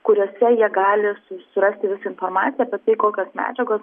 kuriose jie gali su surasti visą informaciją apie tai kokios medžiagos